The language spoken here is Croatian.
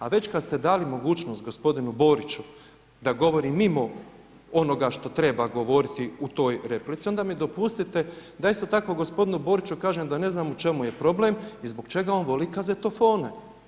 A već kad ste dali mogućnost gospodinu Boriću da govori mimo onoga što treba govoriti u toj replici, onda mi dopustite da isto tako gospodinu Boriću kažem da ne znam u čemu je problem i zbog čega on voli kazetofone.